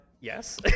yes